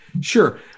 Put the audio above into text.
Sure